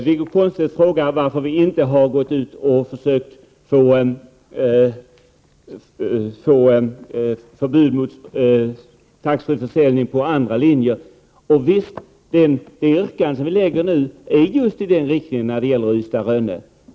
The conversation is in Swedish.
Wiggo Komstedt frågade varför vi inte har gått ut och försökt åstadkomma förbud mot skattefri försäljning på andra linjer. Vårt yrkande nu går just ut på detta när det gäller Ystad-Rönne.